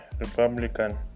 Republican